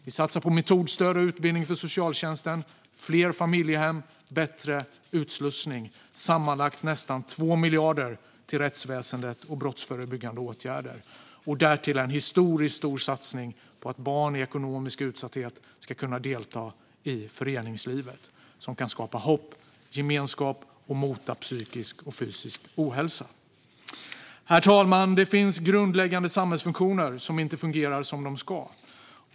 Vi satsar på metodstöd och utbildning för socialtjänsten, fler familjehem och bättre utslussning. Vi avsätter sammanlagt nästan 2 miljarder till rättsväsendet och brottsförebyggande åtgärder. Därtill gör vi en historiskt stor satsning på att barn i ekonomisk utsatthet ska kunna delta i föreningslivet. Det kan skapa hopp, gemenskap och mota psykisk och fysisk ohälsa. Herr talman! Det finns grundläggande samhällsfunktioner som inte fungerar som de ska.